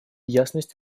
ясность